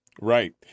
right